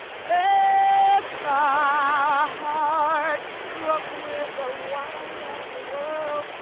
lest our ah heart, drunk with the wine of the world,